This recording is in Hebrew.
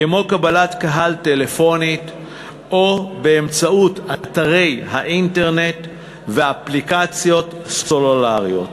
כמו קבלת קהל טלפונית או באמצעות אתרי האינטרנט ואפליקציות סלולריות